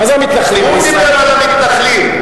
הוא דיבר על המתנחלים.